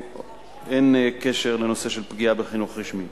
אין קשר לנושא של פגיעה בחינוך הרשמי.